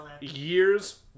Year's